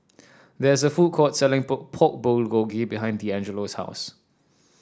there is a food court selling Pork Bulgogi behind Deangelo's house